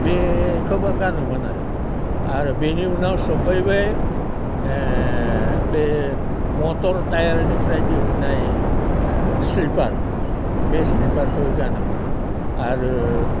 बेखौबो गानोमोन आरो आरो बेनि उनाव सफैबाय बे मथर टायारनिफ्राय दिहुननाय स्लिपार बे स्लिपारखौ गानोमोन आरो